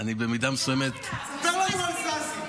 במידה מסוימת אני, תספר לנו על ששי,